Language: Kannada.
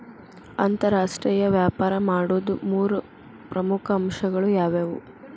ಅಂತರಾಷ್ಟ್ರೇಯ ವ್ಯಾಪಾರ ಮಾಡೋದ್ ಮೂರ್ ಪ್ರಮುಖ ಅಂಶಗಳು ಯಾವ್ಯಾವು?